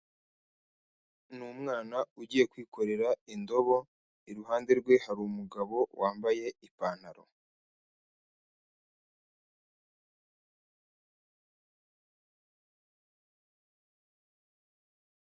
Ni umwana ugiye kwikorera indobo, iruhande rwe hari umugabo wambaye ipantaro.